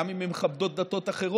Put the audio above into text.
גם אם הן מכבדות דתות אחרות.